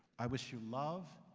i wish you love,